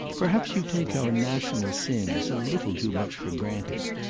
perhaps you take our national sins a little too much for granted.